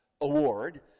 award